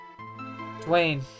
Dwayne